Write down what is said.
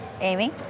Amy